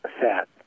set